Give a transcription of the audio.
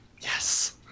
Yes